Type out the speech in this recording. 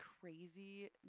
crazy